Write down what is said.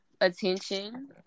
attention